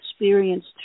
experienced